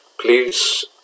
please